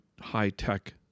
high-tech